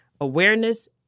awareness